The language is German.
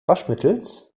waschmittels